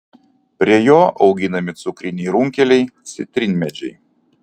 prie jo auginami cukriniai runkeliai citrinmedžiai